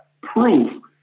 proof